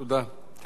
תודה.